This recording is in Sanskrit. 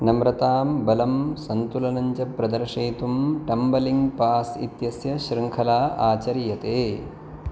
नम्रतां बलं सन्तुलनं च प्रदर्शयितुं टम्बलिङ्ग् पास् इत्यस्य शृङ्खला आचर्यते